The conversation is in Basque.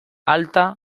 alta